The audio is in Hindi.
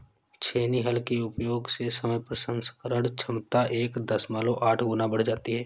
छेनी हल के उपयोग से समय प्रसंस्करण क्षमता एक दशमलव आठ गुना बढ़ जाती है